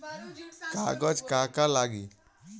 कागज का का लागी?